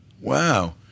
Wow